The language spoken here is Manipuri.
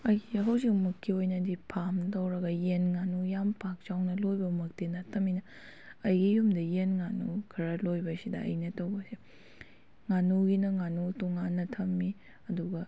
ꯑꯩꯒꯤ ꯍꯧꯖꯤꯛꯃꯛꯀꯤ ꯑꯣꯏꯅꯗꯤ ꯐꯥꯔꯝ ꯇꯧꯔꯒ ꯌꯦꯟ ꯉꯥꯅꯨ ꯄꯥꯛ ꯆꯥꯎ ꯂꯣꯏꯕ ꯃꯛꯇꯤ ꯅꯠꯇꯕꯅꯤꯅ ꯑꯩꯒꯤ ꯌꯨꯝꯗ ꯌꯦꯟ ꯉꯥꯅꯨ ꯈꯔ ꯂꯣꯏꯕꯁꯤꯗ ꯑꯩꯅ ꯇꯧꯕꯁꯤ ꯉꯥꯅꯨꯒꯤꯅ ꯉꯥꯅꯨ ꯇꯣꯡꯉꯥꯟꯅ ꯊꯝꯏ ꯑꯗꯨꯒ